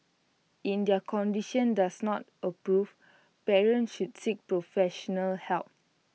in their condition does not approve parents should seek professional help